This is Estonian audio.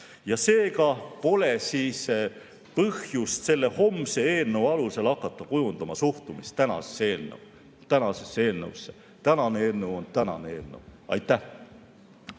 ja seega pole põhjust selle homse eelnõu alusel hakata kujundama suhtumist tänasesse eelnõusse. Tänane eelnõu on tänane eelnõu. Aitäh!